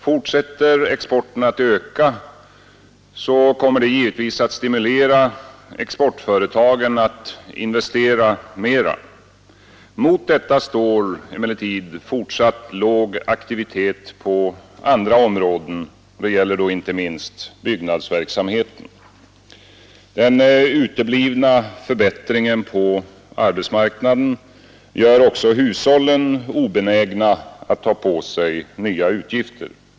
Fortsätter exporten att öka, kommer det givetvis att stimulera exportföretagen att investera mera. Mot detta står emellertid fortsatt låg aktivitet på andra områden. Det gäller inte minst byggnadsverksamheten. Den uteblivna förbättringen på arbetsmarknaden gör också hushållen obenägna att ta på sig nya utgifter.